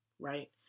right